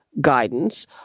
guidance